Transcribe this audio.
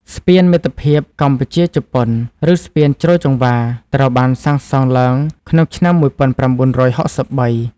ស្ពានមិត្តភាពកម្ពុជា-ជប៉ុន ឬស្ពានជ្រោយចង្វារ ត្រូវបានសាងសង់ឡើងក្នុងឆ្នាំ ១៩៦៣។